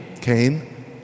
Cain